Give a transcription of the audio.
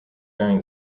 during